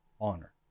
honor